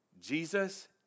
Jesus